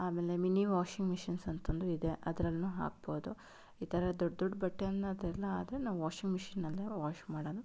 ಆಮೇಲೆ mini washing machines ಅಂತೊಂದು ಇದೆ ಅದರಲ್ಲೂ ಹಾಕ್ಬೋದು ಈ ಥರ ದೊಡ್ಡ ದೊಡ್ಡ ಬಟ್ಟೆಯನ್ನು ಅದೆಲ್ಲ ಆದರೆ ನಾವು ವಾಷಿಂಗ್ ಮಿಷಿನ್ನಲ್ಲೇ ವಾಶ್ ಮಾಡೋದು